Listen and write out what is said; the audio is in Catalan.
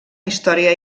història